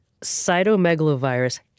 cytomegalovirus